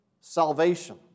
salvation